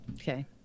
Okay